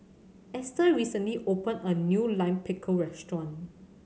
Esther recently opened a new Lime Pickle restaurant